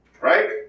Right